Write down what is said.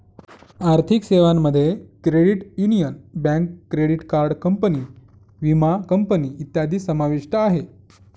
आर्थिक सेवांमध्ये credit union, bank, credit card company, विमा कंपनी इत्यादी समाविष्ट आहे